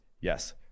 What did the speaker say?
Yes